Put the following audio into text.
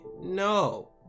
No